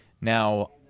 now